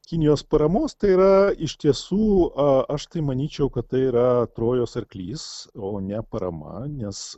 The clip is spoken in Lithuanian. kinijos paramos tai yra iš tiesų aš tai manyčiau kad tai yra trojos arklys o ne parama nes